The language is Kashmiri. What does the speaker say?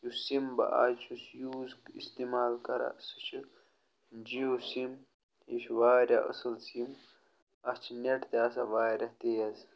یُس سِم بہٕ اَز چھُس یوٗز اِستعمال کَران سُہ چھُ جِیو سِم یہِ چھُ واریاہ اَصٕل سِم اَتھ چھِ نٮ۪ٹ تہِ آسان واریاہ تیز